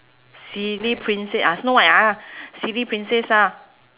silly prince~ ah snow white ah silly princess ah